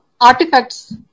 artifacts